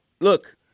look